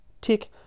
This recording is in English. tick